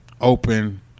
open